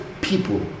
people